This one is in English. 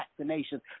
vaccinations